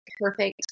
perfect